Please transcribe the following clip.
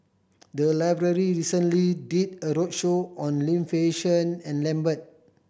the library recently did a roadshow on Lim Fei Shen and Lambert